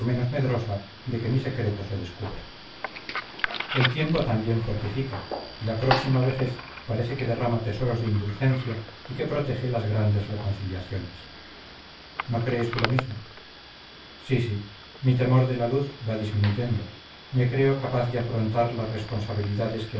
medrosa de que mi secreto se descubra el tiempo también fortifica y la próxima vejez parece que derrama tesoros de indulgencia y que protege las grandes reconciliaciones no crees tú lo mismo sí sí mi temor de la luz va disminuyendo me creo capaz de afrontar las responsabilidades